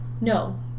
No